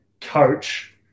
coach